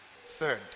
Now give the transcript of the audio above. Third